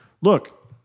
Look